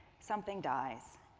something dies.